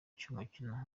cy’umukino